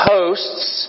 Hosts